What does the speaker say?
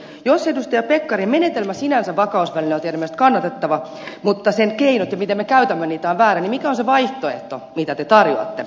jos edustaja pekkarinen menetelmä sinänsä vakausväline on teidän mielestänne kannatettava mutta sen keinot ja se tapa miten me käytämme niitä ovat väärät niin mikä on se vaihtoehto mitä te tarjoatte